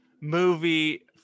movie